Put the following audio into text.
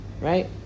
right